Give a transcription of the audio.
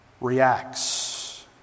reacts